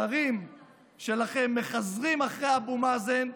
השרים שלכם מחזרים אחרי אבו מאזן,